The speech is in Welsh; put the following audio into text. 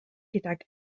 gydag